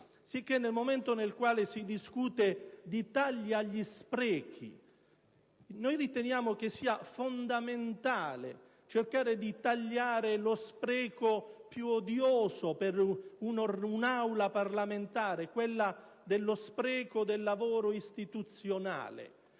Sicché, nel momento in cui si discute di tagli agli sprechi, noi riteniamo che sia fondamentale cercare di tagliare lo spreco più odioso per un'Aula parlamentare: lo spreco del lavoro istituzionale.